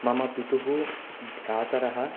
मम पितुः भ्रातरः